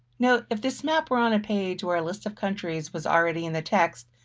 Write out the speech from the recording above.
note if this map were on a page where lists of countries was already in the text,